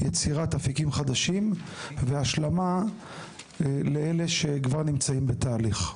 יצירת אפיקים חדשים והשלמה לאלה שכבר נמצאים בתהליך.